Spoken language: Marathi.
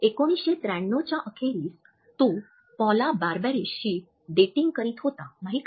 १९९३ च्या अखेरीस तो पॉला बार्बेरिशी डेटिंग करीत होता नाही का